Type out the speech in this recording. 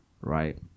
right